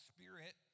Spirit